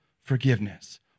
forgiveness